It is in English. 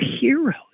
heroes